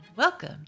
Welcome